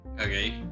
Okay